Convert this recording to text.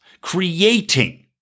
creating